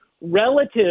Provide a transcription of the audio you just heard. relative